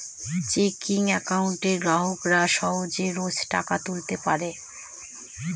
checking একাউন্টে গ্রাহকরা সহজে রোজ টাকা তুলতে পারে